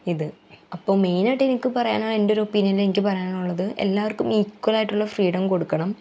ഇത് അപ്പോൾ മെയിനായിട്ട് എനിക്ക് പറയാനാണ് എൻ്റെ ഒരു ഒപ്പീനിയനിൽ എനിക്ക് പറയാനുള്ളത് എല്ലാവർക്കും ഈക്വലായിട്ടുള്ള ഫ്രീഡം കൊടുക്കണം